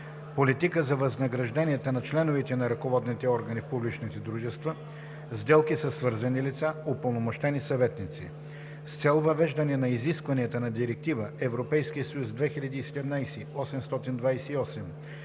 политика за възнагражденията на членовете на ръководните органи в публични дружества; - сделки със свързани лица; - упълномощени съветници. С цел въвеждане на изискванията на Директива (ЕС) 2017/828,